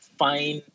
find